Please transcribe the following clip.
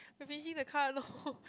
I finishing the card no